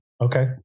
Okay